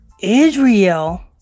Israel